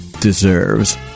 deserves